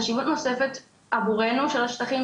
חשיבות נוספת עבורנו של השטחים,